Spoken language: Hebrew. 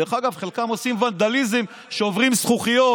דרך אגב, חלקם עושים ונדליזם: שוברים זכוכיות,